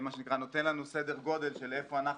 מה שנקרא נותן לנו סדר גודל של איפה אנחנו